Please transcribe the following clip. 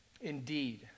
Indeed